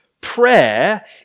Prayer